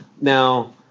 now